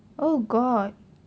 oh god